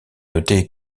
noter